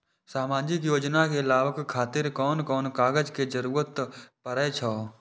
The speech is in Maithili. सामाजिक योजना के लाभक खातिर कोन कोन कागज के जरुरत परै छै?